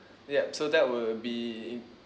yup so that will be in